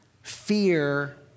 fear